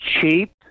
cheap